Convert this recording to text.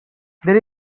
there